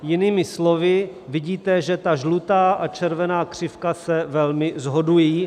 Jinými slovy, vidíte, že žlutá a červená křivka se velmi shodují.